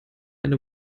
eine